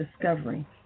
discovery